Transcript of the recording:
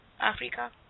Africa